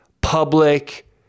public